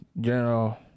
general